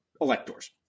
electors